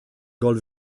gol